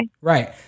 Right